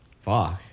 Fuck